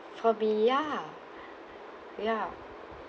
for me ya ya